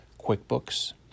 QuickBooks